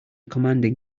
commanding